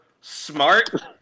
smart